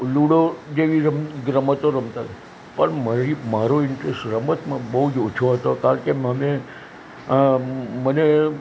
ludo જેવી રમતો રમતા પણ મારી મારો ઇન્ટરેસ્ટ રમતમાં બહુ જ ઓછો હતો કારણકે મને મને